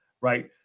right